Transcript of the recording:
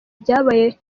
byabaye